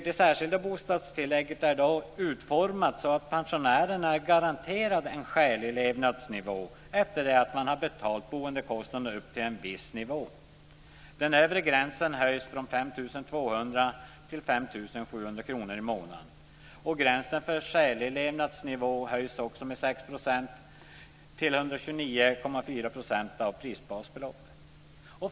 Det särskilda bostadstillägget är utformat så att pensionärerna är garanterade en skälig levnadsnivå efter det att man har betalt boendekostnaderna upp till en viss nivå. Den övre gränsen höjs från 5 200 kr till 5 700 kr i månaden. Gränsen för en skälig levnadsnivå höjs också med 6 % till 129,4 % av prisbasbeloppet.